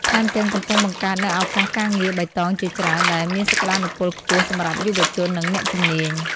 ថែមទាំងកំពុងបង្កើតនូវឱកាសការងារបៃតងជាច្រើន ដែលមានសក្តានុពលខ្ពស់សម្រាប់យុវជន និងអ្នកជំនាញ។